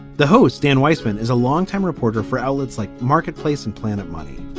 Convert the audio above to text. the host, dan weisman, is a longtime reporter for outlets like marketplace and planet money.